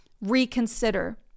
Reconsider